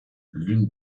l’une